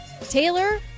Taylor